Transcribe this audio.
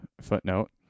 footnote